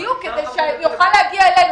בדיוק, כדי שיוכל להגיע אלינו.